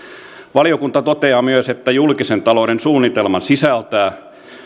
valiokunta toteaa myös että julkisen talouden suunnitelma sisältää